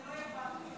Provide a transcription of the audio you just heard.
תודה רבה.